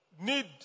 need